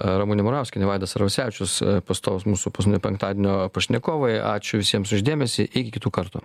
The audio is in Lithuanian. ramunė murauskienė vaidas arvasevičius pastovūs mūsų paskutinio penktadienio pašnekovai ačiū visiems už dėmesį iki kitų kartų